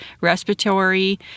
respiratory